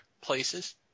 places